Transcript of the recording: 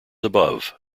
above